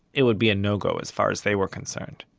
it would be a no-go, as far as they were concerned.